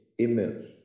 Amen